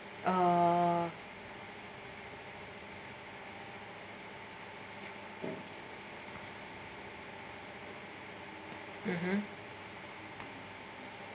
uh mmhmm